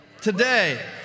today